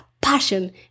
passion